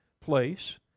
place